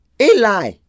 Eli